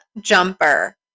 Jumper